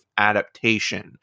adaptation